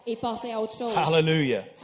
hallelujah